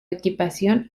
equipación